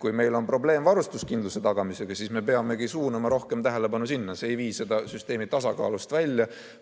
Kui meil on probleem varustuskindluse tagamisega, siis me peamegi suunama rohkem tähelepanu sinna. See ei vii seda süsteemi tasakaalust välja,